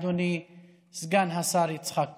אדוני סגן השר יצחק כהן.